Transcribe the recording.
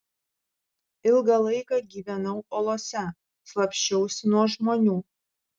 ilgą laiką gyvenau olose slapsčiausi nuo žmonių